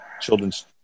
children's